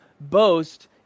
boast